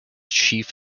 chief